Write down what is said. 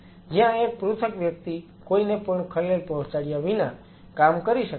જ્યાં એક પૃથક વ્યક્તિ કોઈને પણ ખલેલ પહોંચાડ્યા વિના કામ કરી શકે છે